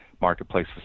marketplace